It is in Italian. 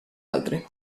altri